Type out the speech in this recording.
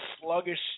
sluggish